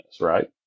right